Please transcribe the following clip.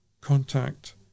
contact